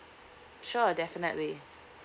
sure definitely